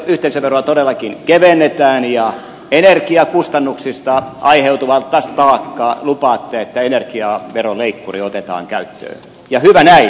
yhteisöveroa todellakin kevennetään ja energiakustannuksista aiheutuvaan taakkaan lupaatte että energiaveroleikkuri otetaan käyttöön ja hyvä näin